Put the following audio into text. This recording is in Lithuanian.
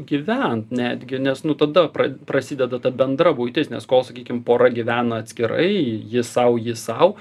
gyvent netgi nes nu tada prasideda ta bendra buitis nes kol sakykim pora gyvena atskirai ji sau jis sau